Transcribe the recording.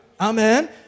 Amen